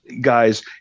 guys